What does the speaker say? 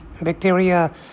bacteria